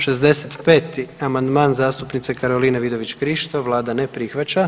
65. amandman zastupnice Karoline Vidović Krišto, Vlada ne prihvaća.